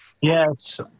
Yes